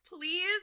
Please